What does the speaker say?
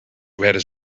werden